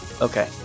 Okay